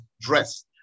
Dress